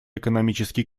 экономический